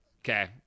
Okay